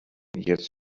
jetzt